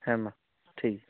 ᱦᱮᱸ ᱢᱟ ᱴᱷᱤᱠ